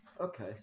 Okay